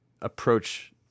approach